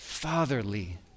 fatherly